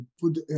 put